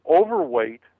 overweight